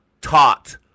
Taught